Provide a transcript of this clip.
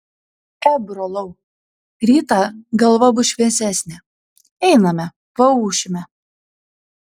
e brolau rytą galva bus šviesesnė einame paūšime